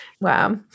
wow